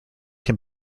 can